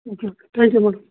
okay okay thank you madam